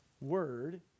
word